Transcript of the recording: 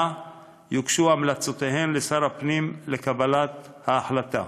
יוגשו המלצותיהן לשר הפנים לקבלת ההחלטה.